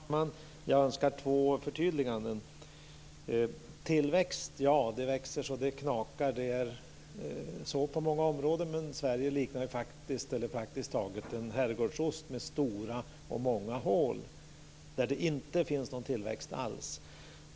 Fru talman! Jag önskar två förtydliganden. Man talar om tillväxt. Ja, det växer så det knakar. Så är det på många områden. Men Sverige liknar praktiskt taget en herrgårdsost, med stora och många hål där det inte finns någon tillväxt alls.